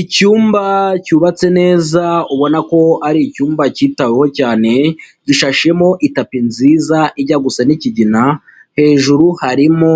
Icyumba cyubatse neza ubona ko ari icyumba cyitaweho cyane, gishashemo itapi nziza ijya gusa n'ikigina, hejuru harimo